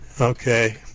okay